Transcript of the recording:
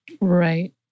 Right